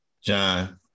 John